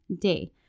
day